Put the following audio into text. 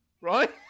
right